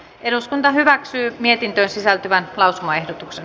eduskunta hyväksyi mietintöön sisältyvän lausumaehdotuksen